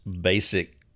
basic